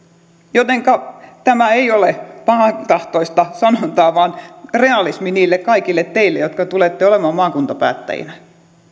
jotenka tämä ei ole pahantahtoista sanontaa vaan realismia kaikille teille jotka tulette olemaan maakuntapäättäjinä